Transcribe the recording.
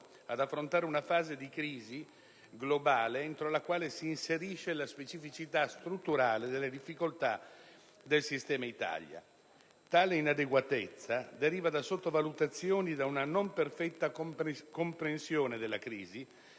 ad affrontare una fase di crisi globale entro la quale si inserisce la specificità strutturale delle difficoltà del sistema Italia. Tale inadeguatezza deriva da sottovalutazioni e da una non perfetta comprensione della crisi